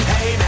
Hey